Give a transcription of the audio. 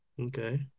Okay